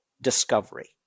discovery